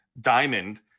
diamond